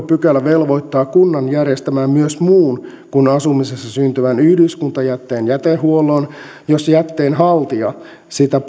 pykälä velvoittaa kunnan järjestämään myös muun kuin asumisessa syntyvän yhdyskuntajätteen jätehuollon jos jätteen haltija sitä